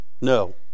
No